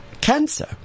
cancer